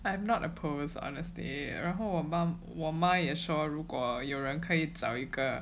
I am not opposed honestly 然后我妈也说如果有人可以找一个